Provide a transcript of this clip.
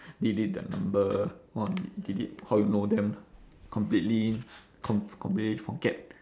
delete their number or delete how you know them lah completely com~ completely forget